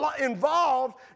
involved